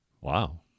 Wow